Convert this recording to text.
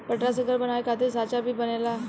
पटरा से घर बनावे खातिर सांचा भी बनेला